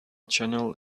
channel